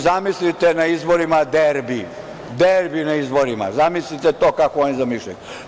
Zamislite, na izborima derbi, derbi na izborima, zamislite kako to oni zamišljaju.